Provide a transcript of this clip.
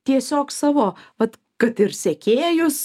tiesiog savo vat kad ir sekėjus